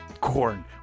corn